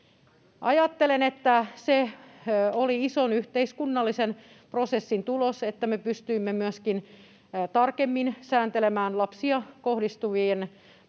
Ajattelen, että oli ison yhteiskunnallisen prosessin tulos, että me pystyimme myöskin tarkemmin sääntelemään lapsiin kohdistuvien pakkokeinojen